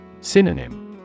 Synonym